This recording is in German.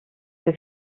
für